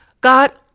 God